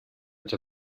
ens